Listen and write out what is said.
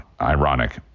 ironic